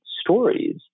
stories